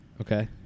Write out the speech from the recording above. Okay